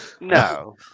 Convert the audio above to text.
No